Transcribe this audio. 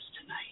tonight